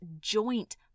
joint